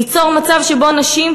ליצור מצב שבו נשים,